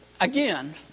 again